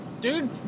dude